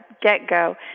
get-go